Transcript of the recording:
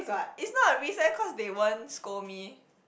is not a risk eh cause they won't scold me